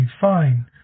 fine